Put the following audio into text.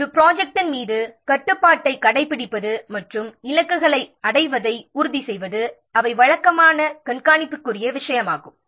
ஒரு ப்ராஜெக்ட்டின் மீது கட்டுப்பாட்டைக் கடைப்பிடிப்பது மற்றும் இலக்குகளை அடைவதை உறுதி செய்வது ஆகியன வழக்கமான கண்காணிப்புக்குரிய விஷயமாகும்